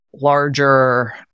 larger